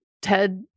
Ted